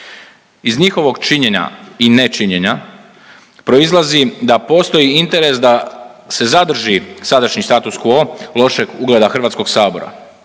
Iz njihovog činjenja i ne činjenja proizlazi da postoji interes da se zadrži sadašnji status quo lošeg ugleda HS.